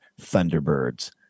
Thunderbirds